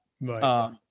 right